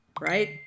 right